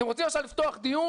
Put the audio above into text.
אתם רוצים עכשיו לפתוח דיון,